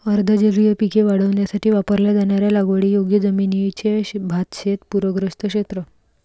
अर्ध जलीय पिके वाढवण्यासाठी वापरल्या जाणाऱ्या लागवडीयोग्य जमिनीचे भातशेत पूरग्रस्त क्षेत्र